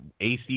AC